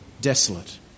desolate